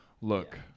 Look